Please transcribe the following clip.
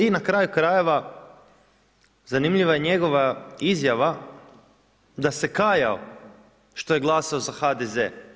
I na kraju krajeva, zanimljiva je njegova izjava, da se je kajao, što je glasao za HDZ.